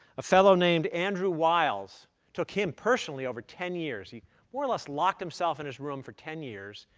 a fellow named andrew wiles took him personally over ten years. he more or less locked himself in his room for ten years,